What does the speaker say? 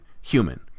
human